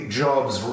jobs